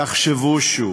תחשבו שוב,